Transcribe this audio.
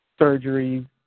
surgeries